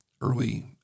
early